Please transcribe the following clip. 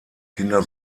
kinder